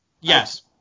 yes